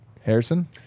Harrison